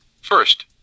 First